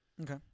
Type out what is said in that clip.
Okay